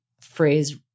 phrase